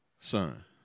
son